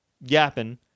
yapping